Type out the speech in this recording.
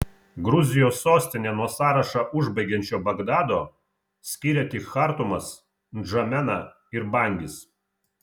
gruzijos sostinę nuo sąrašą užbaigiančio bagdado skiria tik chartumas ndžamena ir bangis